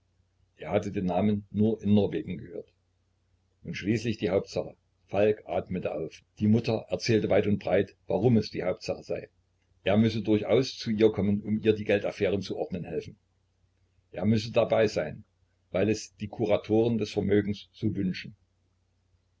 er hatte den namen nur in norwegen gehört und schließlich die hauptsache falk atmete auf die mutter erzählte weit und breit warum es die hauptsache sei er müsse durchaus zu ihr kommen um ihr die geldaffären zu ordnen helfen er müsse dabei sein weil es die kuratoren des vermögens so wünschen